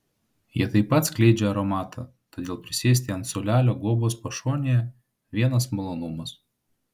jie taip pat skleidžia aromatą todėl prisėsti ant suolelio guobos pašonėje vienas malonumas